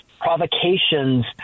provocations